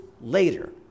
later